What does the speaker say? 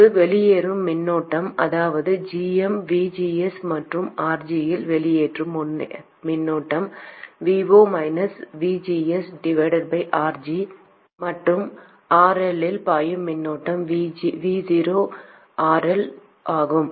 இங்கு வெளியேறும் மின்னோட்டம் அதாவது gm VGS மற்றும் RG இல் வெளியேறும் மின்னோட்டம் RG மற்றும் RL இல் பாயும் மின்னோட்டம் Vo RL ஆகும்